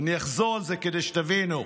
אני אחזור על זה כדי שתבינו: